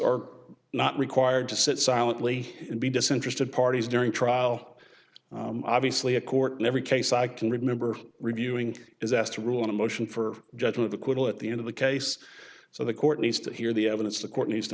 are not required to sit silently and be disinterested parties during trial obviously a court in every case i can remember reviewing is asked to rule on a motion for judgment of acquittal at the end of the case so the court needs to hear the evidence the court needs to